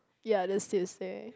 ya this Tuesday